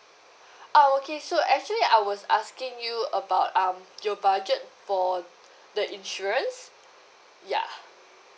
orh okay so actually I was asking you about um your budget for the insurance ya